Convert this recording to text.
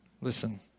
Listen